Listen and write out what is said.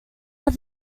but